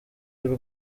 y’u